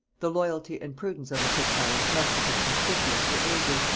the loyalty and prudence of the fitzalans must have been conspicuous for ages,